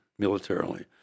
militarily